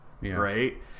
right